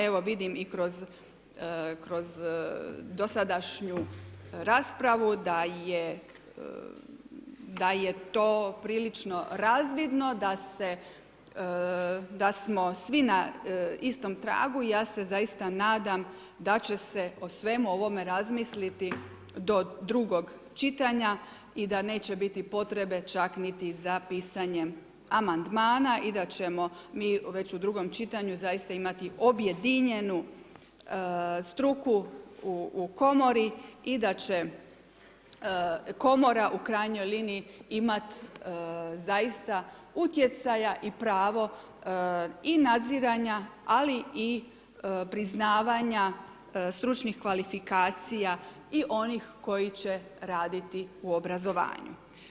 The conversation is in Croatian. Evo vidim i kroz dosadašnju raspravu da je to prilično razvidno da smo svi na istom tragu i ja se zaista nadam da će se o svemu ovome razmisliti do drugog čitanja i da neće biti potrebe čak niti za pisanje amandmana i da ćemo mi već u drugom čitanju zaista imati objedinjenu struku u komori i da će komora u krajnjoj liniji imati zaista utjecaja i pravo i nadziranja, ali i priznavanja stručnih kvalifikacija i onih koji će raditi u obrazovanju.